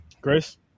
grace